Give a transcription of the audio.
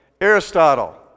Aristotle